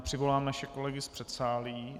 Přivolám naše kolegy z předsálí.